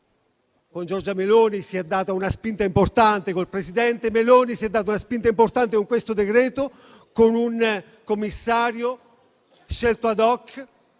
Con Giorgia Meloni si è data una spinta importante con questo decreto-legge, con un commissario scelto *ad hoc*.